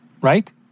right